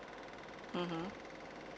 mmhmm